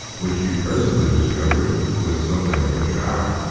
which she presently discovered, with something of a shock,